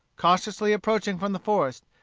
cautiously approaching from the forest,